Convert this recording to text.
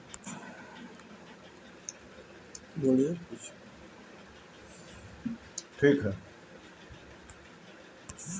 भिन्डी एक भरवा खइब तब न जनबअ इकर स्वाद